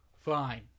Fine